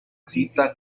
cinta